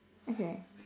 okay